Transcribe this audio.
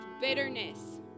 bitterness